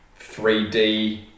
3D